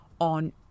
on